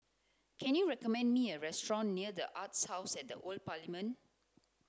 can you recommend me a restaurant near The Arts House at the Old Parliament